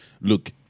look